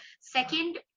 second